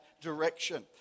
direction